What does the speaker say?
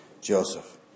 Joseph